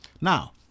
Now